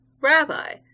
Rabbi